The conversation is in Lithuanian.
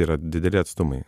yra dideli atstumai